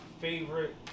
favorite